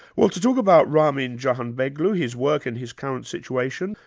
well, to talk about ramin jahanbegloo, his work and his current situation,